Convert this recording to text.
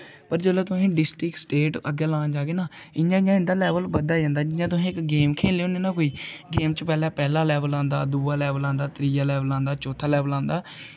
पर जेल्लै तुस डिस्ट्रिक्ट स्टेट अग्गें लान जाह्गे ना इ'यां इ'यां इं'दा लेवल बधदा जंदा जि'यां तुस इक गेम खेल्लने होने ना कोई गेम च पैह्लें पैह्ला लेवल आंदा फ्ही दूआ लेवल आंदा त्रिया लेवल आंदा चौथा लेवल आंदा